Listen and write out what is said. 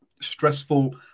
stressful